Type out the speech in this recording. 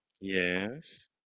Yes